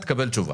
תקבל תשובה.